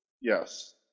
Yes